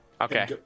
Okay